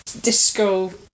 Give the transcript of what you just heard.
disco